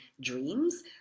dreams